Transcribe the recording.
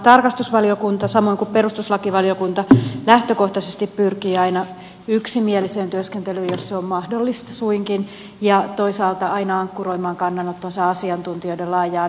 tarkastusvaliokunta samoin kun perustuslakivaliokunta lähtökohtaisesti pyrkii aina yksimieliseen työskentelyyn jos se on suinkin mahdollista ja toisaalta aina ankkuroimaan kannanottonsa asiantuntijoiden laajaan näkemykseen